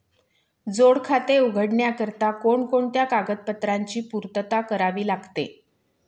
जोड खाते उघडण्याकरिता कोणकोणत्या कागदपत्रांची पूर्तता करावी लागते?